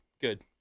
good